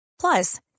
Plus